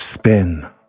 spin